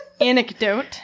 Anecdote